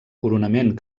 coronament